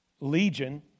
Legion